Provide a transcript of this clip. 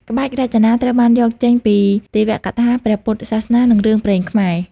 ក្បាច់រចនា ត្រូវបានយកចេញពីទេវកថាព្រះពុទ្ធសាសនា និងរឿងព្រេងខ្មែរ។